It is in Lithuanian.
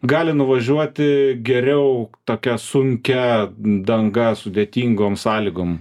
gali nuvažiuoti geriau tokia sunkia danga sudėtingom sąlygom